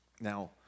Now